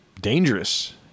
dangerous